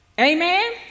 Amen